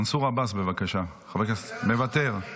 מנסור עבאס, בבקשה, מוותר.